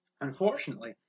Unfortunately